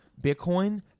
Bitcoin